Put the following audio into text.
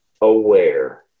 aware